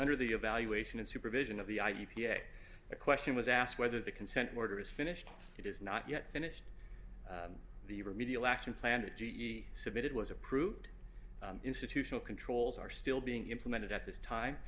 under the evaluation of supervision of the i v p a the question was asked whether the consent order is finished it is not yet finished the remedial action plan or g e submitted was approved institutional controls are still being implemented at this time